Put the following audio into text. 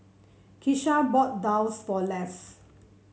Keisha bought daal for Les